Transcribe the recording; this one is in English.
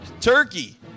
turkey